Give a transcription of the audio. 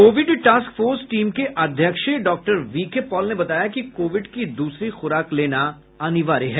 Covid task force team के अध्यक्ष doctor V K Paul ने बताया कि कोविड की द्रसरी खुराक लेना अनिवार्य है